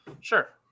Sure